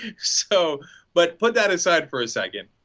so but put that aside for a second